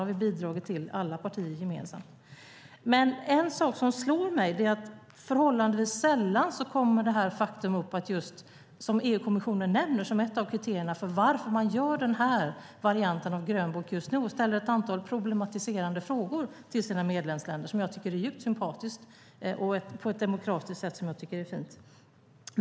Det har alla partier bidragit till gemensamt. En sak som slår mig är att förhållandevis sällan kommer det faktum upp som EU-kommissionen nämner som ett av kriterierna för varför man gör denna variant av grönbok just nu och ställer ett antal problematiserande frågor till medlemsländerna. Det är något som är djupt sympatiskt, och det sker på ett fint demokratiskt sätt.